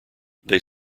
they